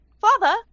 Father